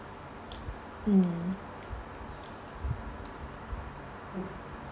mm